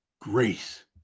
grace